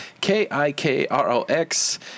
K-I-K-R-O-X